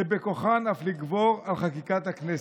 שבכוחן אף לגבור על חקיקת הכנסת,